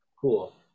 cool